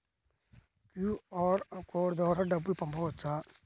QR code ద్వారా డబ్బులు పంపవచ్చా?